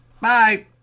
Bye